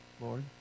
Lord